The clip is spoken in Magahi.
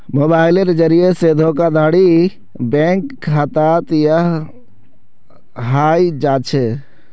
मोबाइलेर जरिये से भी धोखाधडी बैंक खातात हय जा छे